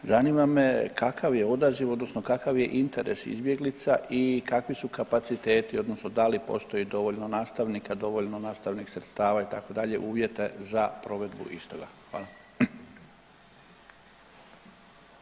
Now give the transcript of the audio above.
Zanima me kakav je odaziv odnosno kakav je interes izbjeglica i kakvi su kapaciteti odnosno da li postoji dovoljno nastavnika, dovoljno nastavnih sredstava itd., uvjeta za provedbu istoga?